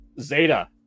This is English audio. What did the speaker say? Zeta